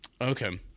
Okay